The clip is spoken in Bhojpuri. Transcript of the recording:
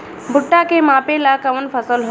भूट्टा के मापे ला कवन फसल ह?